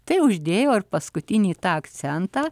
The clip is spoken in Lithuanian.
tai uždėjo paskutinį tą akcentą